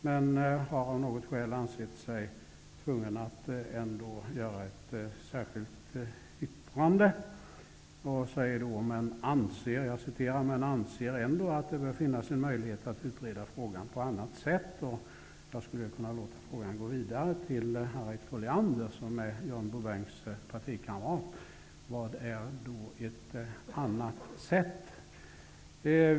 Hon har av något skäl ansett sig tvungen att ändå göra ett särskilt yttrande och säger: ''-- men anser ändå att det bör finnas en möjlighet att utreda frågan på annat sätt.'' Jag skulle kunna låta frågan gå vidare till Harriet Colliander, som är John Bouvins partikamrat: Vad är då ''ett annat sätt''?